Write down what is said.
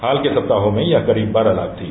हाल के सप्ताहों में यह करीब बारह लाख थी